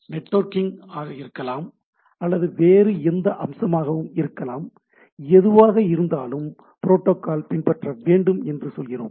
networking ஆக இருக்கலாம் அல்லது வேறு எந்த அம்சமாகவும் இருக்கலாம் எதுவாக இருந்தாலும் புரோட்டோகால் பின்பற்றப்பட வேண்டும் என்று சொல்லுகிறோம்